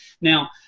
Now